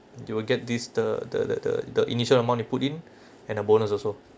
you will get this the the the the initial amount you put in and a bonus also